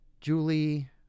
julie